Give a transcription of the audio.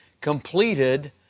completed